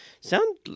sound